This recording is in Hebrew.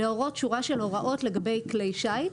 להורות שורה של הוראות לגבי כלי שיט.